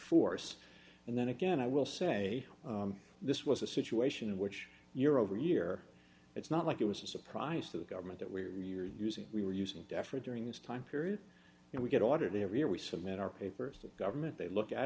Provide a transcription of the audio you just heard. force and then again i will say this was a situation in which year over year it's not like it was a surprise to the government that we are using we were using deafer during this time period and we get audited every year we submit our papers the government they look at